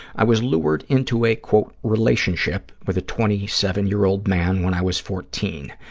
i was lured into a, quote, relationship with a twenty seven year old man when i was fourteen.